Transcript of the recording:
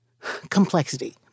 complexity